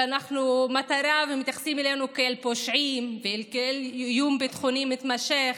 שאנחנו מטרה ומתייחסים אלינו כאל פושעים וכאיום ביטחוני מתמשך.